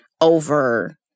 over